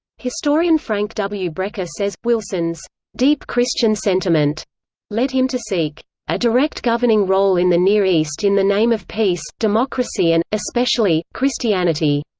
historian frank w. brecher says, wilson's deep christian sentiment led him to seek a direct governing role in the near east in the name of peace, democracy and, especially, christianity.